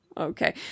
Okay